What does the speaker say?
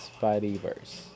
Spideyverse